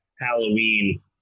halloween